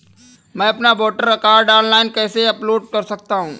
मैं अपना voter card online कैसे अपलोड कर सकता हूँ?